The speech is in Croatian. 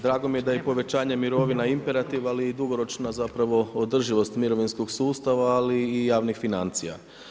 Drago mi je da je povećanje mirovina imperativ ali i dugoročna zapravo održivost mirovinskog sustava ali i javnih financija.